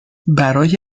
برای